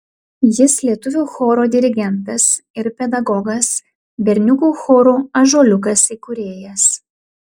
jis lietuvių choro dirigentas ir pedagogas berniukų choro ąžuoliukas įkūrėjas